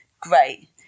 great